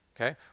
okay